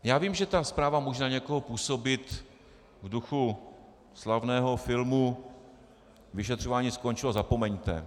Já vím, že ta zpráva může na někoho působit v duchu slavného filmu vyšetřování skončilo, zapomeňte.